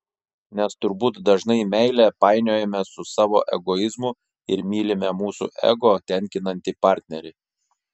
nes turbūt dažnai meilę painiojame su savo egoizmu ir mylime mūsų ego tenkinantį partnerį